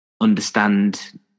understand